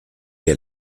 der